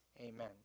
Amen